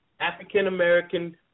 African-American